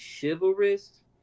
chivalrous